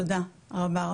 תודה רבה.